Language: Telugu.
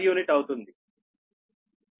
u అవుతుంది